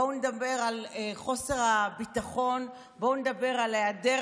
בואו נדבר על חוסר הביטחון, בואו נדבר על היעדר